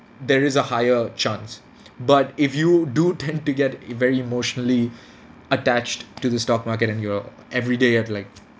there is a higher chance but if you do tend to get e~ very emotionally attached to the stock market and you're every day at like